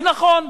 ונכון,